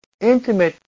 Intimate